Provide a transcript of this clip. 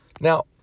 Now